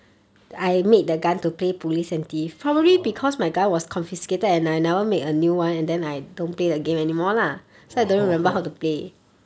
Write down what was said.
ah oh [ho] [ho]